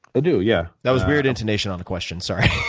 i do, yeah. that was weird intonation on the question, sorry.